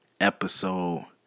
Episode